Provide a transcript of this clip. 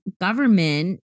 government